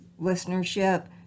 listenership